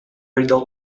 riddle